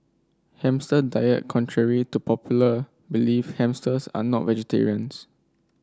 hamster diet Contrary to popular belief hamsters are not vegetarians